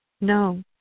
No